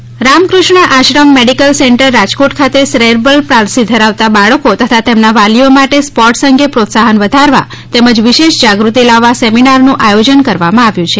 medical centre Ramakrishna Ashram medical centre Rajkot ખાતે cerebral palsy ધરાવતા બાળકો તથા તેમના વાલીઓ માટે સ્પોર્ટ્સ અંગે પ્રોત્સાહન વધારવા તેમજ વિશેષ જાગૃતિ લાવવા સેમિનાર નું આયોજન કરવામાં આવેલ છે